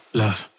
love